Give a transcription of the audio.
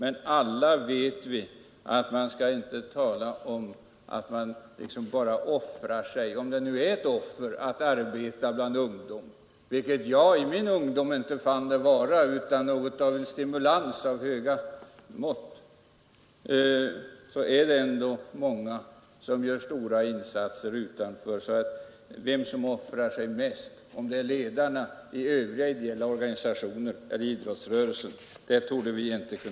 I min ungdom fann jag det inte vara något offer att arbeta bland ungdom, utan det var en stimulans av stora mått. Vi vet alla att man inte skall tala om att människor bara offrar sig, Det är många som gör stora insatser, och vi torde inte kunna klara ut vem som offrar sig mest — om det är ledarna i andra ideella organisationer eller i idrottsrörelsen.